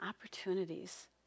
opportunities